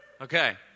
Okay